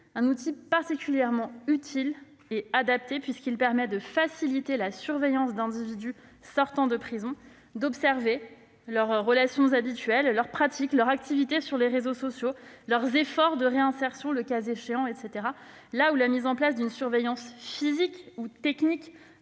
un outil particulièrement utile et adapté : il permet de faciliter la surveillance d'individus sortant de prison, d'observer leurs relations habituelles, leur pratique, leur activité sur les réseaux sociaux, leurs efforts de réinsertion, etc., quand la mise en place d'une surveillance physique ou technique